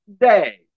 day